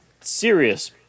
serious